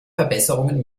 verbesserungen